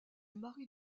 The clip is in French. marie